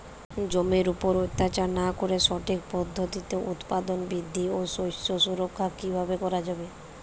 জমির উপর অত্যাচার না করে সঠিক পদ্ধতিতে উৎপাদন বৃদ্ধি ও শস্য সুরক্ষা কীভাবে করা যাবে?